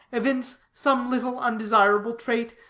evince some little undesirable trait,